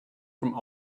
from